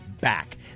back